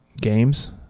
games